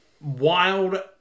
wild